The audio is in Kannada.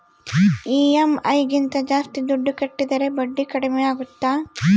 ಇ.ಎಮ್.ಐ ಗಿಂತ ಜಾಸ್ತಿ ದುಡ್ಡು ಕಟ್ಟಿದರೆ ಬಡ್ಡಿ ಕಡಿಮೆ ಆಗುತ್ತಾ?